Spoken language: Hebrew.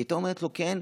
היא הייתה אומרת לו: כן,